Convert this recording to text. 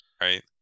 Right